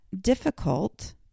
difficult